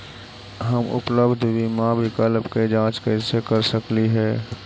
हम उपलब्ध बीमा विकल्प के जांच कैसे कर सकली हे?